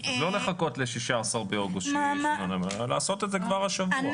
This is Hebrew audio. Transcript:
לא לחכות ל-16 בחודש, לעשות את זה כבר השבוע.